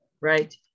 right